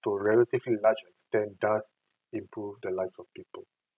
to a relatively large extent does improve the lives of people